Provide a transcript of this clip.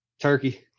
Turkey